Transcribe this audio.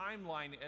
timeline